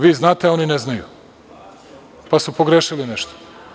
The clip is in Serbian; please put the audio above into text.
Vi znate, a oni ne znaju, pa su pogrešili nešto.